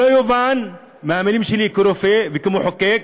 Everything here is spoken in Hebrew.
שלא יובן מהמילים שלי כרופא וכמחוקק